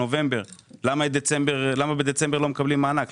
למה בדצמבר לא מקבלים מענק?